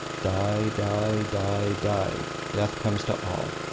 die, die, die, die, death comes to all.